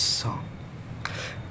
song